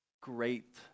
great